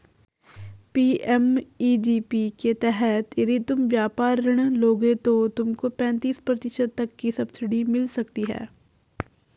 PMEGP के तहत यदि तुम व्यापार ऋण लोगे तो तुमको पैंतीस प्रतिशत तक की सब्सिडी मिल सकती है